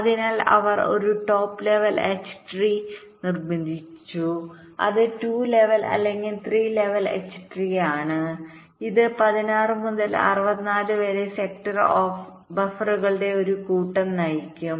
അതിനാൽ അവർ ഒരു ടോപ്പ് ലെവൽ H ട്രീ നിർമ്മിച്ചു അത് 2 ലെവൽ അല്ലെങ്കിൽ 3 ലെവൽ H ട്രീ ആണ് ഇത് 16 മുതൽ 64 വരെ സെക്ടർ ബഫറുകളുടെ ഒരു കൂട്ടം നയിക്കും